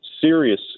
serious